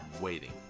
waiting